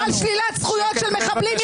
-- על שלילת זכויות של מחבלים.